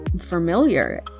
familiar